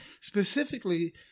specifically